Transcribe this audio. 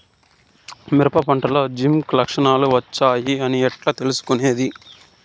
మిరప పంటలో జింక్ లక్షణాలు వచ్చాయి అని ఎట్లా తెలుసుకొనేది?